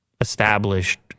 established